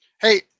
Hey